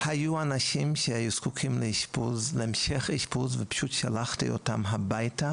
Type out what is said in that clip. היו אנשים שהיו זקוקים להמשך אשפוז ופשוט שלחתי אותם הביתה,